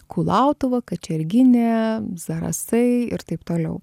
kulautuva kačerginė zarasai ir taip toliau